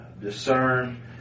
discern